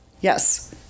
Yes